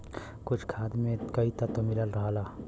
कुछ खाद में कई तत्व मिलल रहला